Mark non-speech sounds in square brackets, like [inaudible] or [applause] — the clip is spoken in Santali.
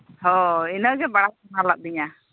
ᱦᱳᱭ ᱤᱱᱟᱹᱜᱮ ᱵᱟᱲᱟᱭ [unintelligible] ᱞᱤᱫᱤᱧᱟ